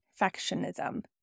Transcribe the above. perfectionism